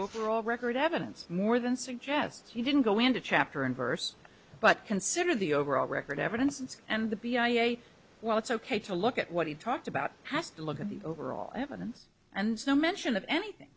overall record evidence more than suggests he didn't go into chapter and verse but consider the overall record evidence and the b i a well it's ok to look at what he talked about has to look at the overall evidence and so mention of anything